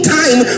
time